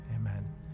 Amen